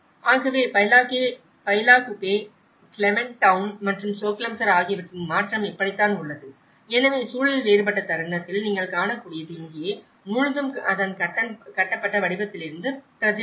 ஆகவே Bylakuppe Clement Town மற்றும் சோக்லாம்சர் ஆகியவற்றின் மாற்றம் இப்படித்தான் உள்ளது எனவே சூழல் வேறுபட்ட தருணத்தில் நீங்கள் காணக்கூடியது இங்கே முழுதும் அதன் கட்டப்பட்ட வடிவத்திலிருந்தும் பிரதிபலிக்கிறது